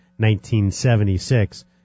1976